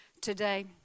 today